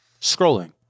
scrolling